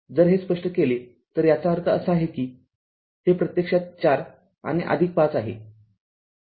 जर हे स्पष्ट केले तर याचा अर्थ असा आहे की हे प्रत्यक्षात ४ आणि ५ आहे